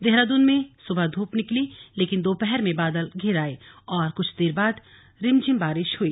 देहरादून में सुबह धूप निकली लेकिन दोपहर में बादल घिर आए और कुछ देर रिमझिम बारिश हुई